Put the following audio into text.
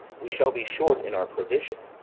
we shall be short in our provision.